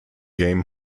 game